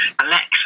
Alexa